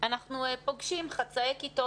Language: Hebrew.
אנחנו פוגשים חצאי כיתות.